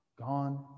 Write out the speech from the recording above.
gone